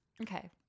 Okay